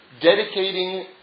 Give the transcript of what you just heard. dedicating